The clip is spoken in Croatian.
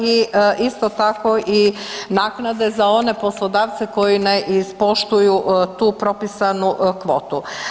I isto tako i naknade za one poslodavce koji ne ispoštuju tu propisanu kvotu.